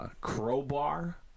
Crowbar